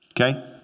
Okay